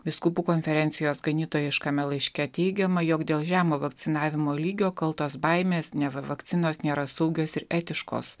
vyskupų konferencijos ganytojiškame laiške teigiama jog dėl žemo vakcinavimo lygio kaltos baimės neva vakcinos nėra saugios ir etiškos